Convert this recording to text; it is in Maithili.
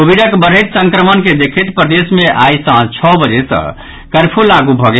कोविडक बढ़ैत संक्रमण के देखैत प्रदेश मे आई सांझ छओ बजे से कर्फ्यू लागू भऽ गेल